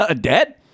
Dead